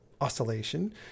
oscillation